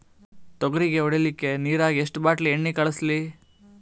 ತೊಗರಿಗ ಹೊಡಿಲಿಕ್ಕಿ ನಿರಾಗ ಎಷ್ಟ ಬಾಟಲಿ ಎಣ್ಣಿ ಕಳಸಲಿ?